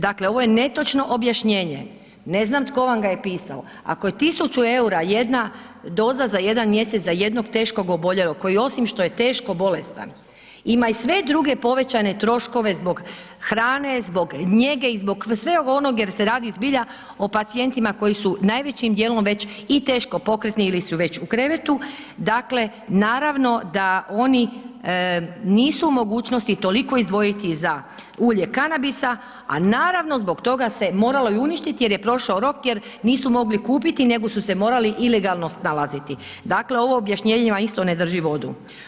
Dakle, ovo je netočno objašnjenje, ne znam tko vam ga je pisao, ako je 1.000,00 EUR-a jedna doza za jedan mjesec za jednog teškog oboljelog, koji osim što je teško bolestan, ima i sve druge povećane troškove zbog hrane, zbog njege i zbog svega onog jer se radi zbilja o pacijentima koji su najvećim dijelom već i teško pokretni ili su već u krevetu, dakle, naravno da oni nisu u mogućnosti toliko izdvojiti za ulje kanabisa, a naravno zbog toga se moralo i uništiti jer je prošao rok jer nisu mogli kupiti, nego su se morali ilegalno snalaziti, dakle, ovo objašnjenje vam isto ne drži vodu.